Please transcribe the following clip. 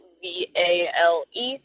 V-A-L-E